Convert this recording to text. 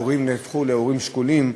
הורים נהפכו להורים שכולים,